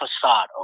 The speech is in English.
facade